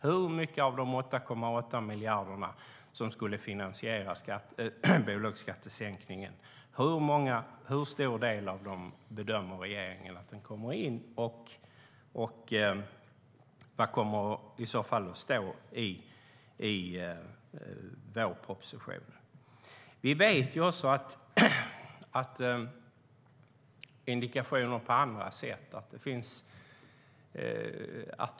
Hur stor del av de 8,8 miljarder som skulle finansiera bolagsskattesänkningen bedömer regeringen kommer in? Vad kommer det i så fall att stå i vårpropositionen? Vi känner också till indikationer på andra sätt.